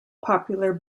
popular